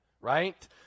right